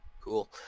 cool